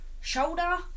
shoulder